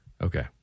Okay